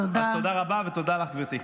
אז תודה רבה, ותודה לך, גברתי.